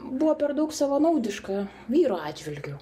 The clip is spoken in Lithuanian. buvo per daug savanaudiška vyro atžvilgiu